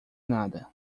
nada